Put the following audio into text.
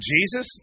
Jesus